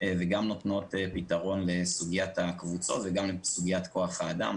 וגם נותנות פתרון לסוגיית הקבוצות וגם לסוגיית כוח האדם.